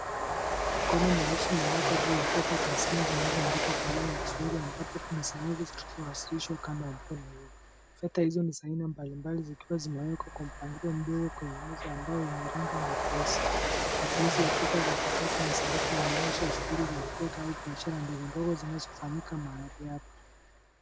Mkono mweusi umewekwa juu ya fedha taslimu zinazoandikwa kwa lugha ya Kiswahili ambapo kuna sarafu zilizowasilishwa kando ya mkono huo. Fedha hizo ni za aina mbalimbali zikiwa zimewekwa kwa mpangilio mdogo kwenye meza ya mbao yenye rangi nyepesi. Matumizi ya fedha za karatasi na sarufi yanaonyesha shughuli za kifedha au biashara ndogondogo zinazofanyika mahali hapa.